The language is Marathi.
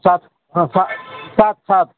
सात हं सा सात सात